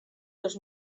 dos